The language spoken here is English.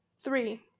Three